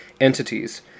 Entities